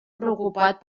preocupat